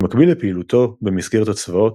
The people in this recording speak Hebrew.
במקביל לפעילותו במסגרת הצבאות,